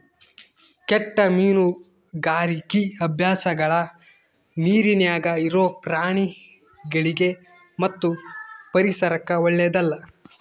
ಕೆಟ್ಟ ಮೀನುಗಾರಿಕಿ ಅಭ್ಯಾಸಗಳ ನೀರಿನ್ಯಾಗ ಇರೊ ಪ್ರಾಣಿಗಳಿಗಿ ಮತ್ತು ಪರಿಸರಕ್ಕ ಓಳ್ಳೆದಲ್ಲ